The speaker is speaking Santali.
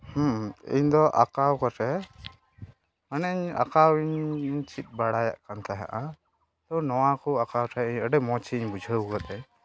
ᱤᱧ ᱫᱚ ᱟᱸᱠᱟᱣ ᱠᱟᱛᱮᱫ ᱢᱟᱱᱮᱧ ᱟᱸᱠᱟᱣᱤᱧ ᱪᱮᱫ ᱵᱟᱲᱟᱭᱮᱫ ᱠᱟᱱ ᱛᱟᱦᱮᱸᱜᱼᱟ ᱛᱚ ᱱᱚᱣᱟ ᱠᱚ ᱟᱸᱠᱟᱣ ᱞᱮᱠᱷᱟᱡ ᱟᱹᱰᱤ ᱢᱚᱡᱤᱧ ᱵᱩᱡᱷᱟᱹᱣ ᱠᱟᱫᱟ